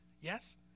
Yes